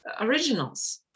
originals